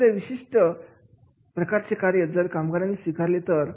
एखाद्या विशिष्ट प्रकारचे कार्य जर कामगारांनी स्वीकारले तर